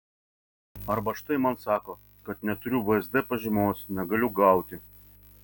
arba štai man sako kad neturiu vsd pažymos negaliu gauti